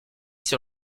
sur